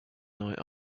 night